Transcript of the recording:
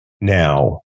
Now